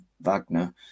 Wagner